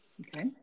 Okay